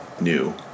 new